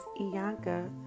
Iyanka